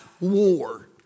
war